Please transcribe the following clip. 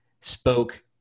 spoke